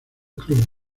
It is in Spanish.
club